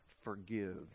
forgive